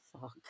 Fuck